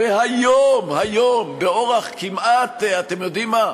הרי היום, היום, באורח כמעט, אתם יודעים מה?